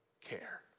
care